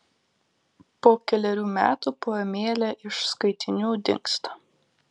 po kelerių metų poemėlė iš skaitinių dingsta